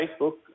Facebook